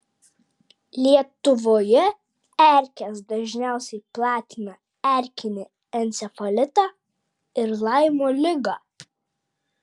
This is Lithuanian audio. lietuvoje erkės dažniausiai platina erkinį encefalitą ir laimo ligą